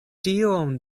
tiom